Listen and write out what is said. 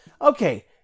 Okay